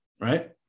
Right